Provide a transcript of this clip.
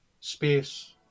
space